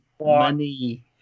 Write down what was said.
money